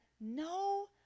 no